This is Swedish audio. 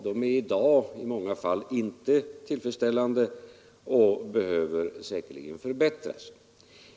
De är i dag i många fall inte tillfredsställande utan behöver säkerligen förbättras.